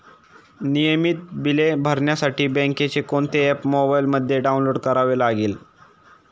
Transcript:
नियमित बिले भरण्यासाठी बँकेचे कोणते ऍप मोबाइलमध्ये डाऊनलोड करावे लागेल?